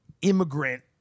immigrant